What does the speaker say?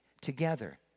together